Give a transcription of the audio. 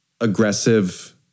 aggressive